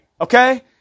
Okay